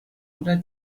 oder